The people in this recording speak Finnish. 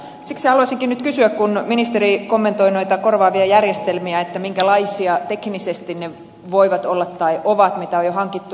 siksi haluaisinkin nyt kysyä kun ministeri kommentoi noita korvaavia järjestelmiä minkälaisia teknisesti ne voivat olla tai ne ovat mitä on jo hankittu